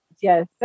Yes